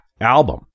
album